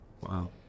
Wow